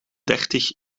dertig